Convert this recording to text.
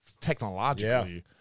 technologically